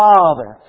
Father